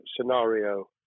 scenario